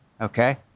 okay